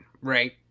right